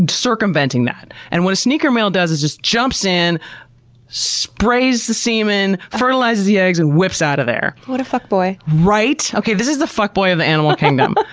circumventing that. and what a sneaker male does is just jumps in and sprays the semen, fertilizes the eggs, and whips out of there. what a fuckboy. right? okay, this is the fuckboy of the animal kingdom. ah